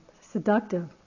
seductive